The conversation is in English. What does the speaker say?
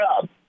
job